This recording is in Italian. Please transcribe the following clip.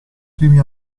primi